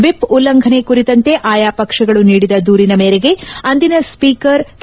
whip ಉಲ್ಲಂಘನೆ ಕುರಿತಂತೆ ಆಯಾ ಪಕ್ಷಗಳು ನೀಡಿದ ದೂರಿನ ಮೇರೆಗೆ ಅಂದಿನ ಸ್ವೀಕರ್ ಕೆ